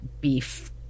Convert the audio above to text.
beef